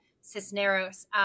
Cisneros